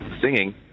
singing